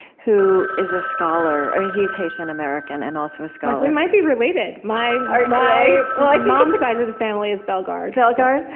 who is a scholar. he's haitian-american and also, a scholar we might be related. my ah my like mom's side of the family is bellegarde bellegarde?